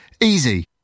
Easy